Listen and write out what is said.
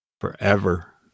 forever